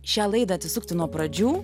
šią laidą atsisukti nuo pradžių